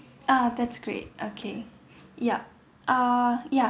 ah that's great okay yup uh ya